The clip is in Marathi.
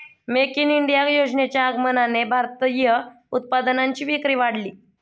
मेक इन इंडिया योजनेच्या आगमनाने भारतीय उत्पादनांची विक्री वाढली